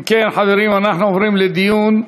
אם כן, חברים, אנחנו עוברים לדיון.